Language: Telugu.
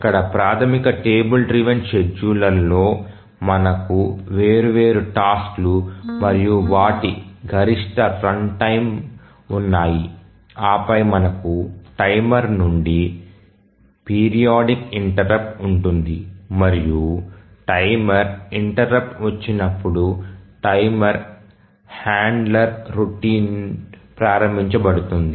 ఇక్కడ ప్రాథమిక టేబుల్ డ్రివెన్ షెడ్యూలర్లో మనకు వేర్వేరు టాస్క్ లు మరియు వాటి గరిష్ట రన్టైమ్ ఉన్నాయి ఆ పై మనకు టైమర్ నుండి పీరియాడిక్ ఇంటెర్రుప్ట్ ఉంటుంది మరియు టైమర్ ఇంటెర్రుప్ట్ వచ్చినప్పుడు టైమర్ హ్యాండ్లర్ రొటీన్ ప్రారంభించబడుతుంది